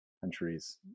countries